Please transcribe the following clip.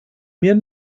mir